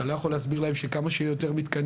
אתה לא יכול להסביר להם שכמה שיהיה יותר מתקנים,